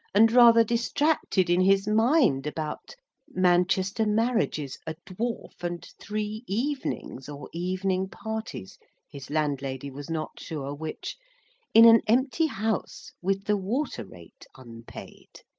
and rather distracted in his mind about manchester marriages, a dwarf, and three evenings, or evening parties his landlady was not sure which in an empty house, with the water rate unpaid.